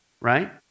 Right